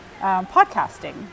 podcasting